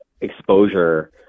exposure